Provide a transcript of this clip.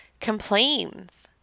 complains